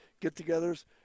get-togethers